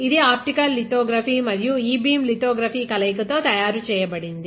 ఇది optical lithography మరియు e beam lithography కలయిక తో తయారుచేయబడింది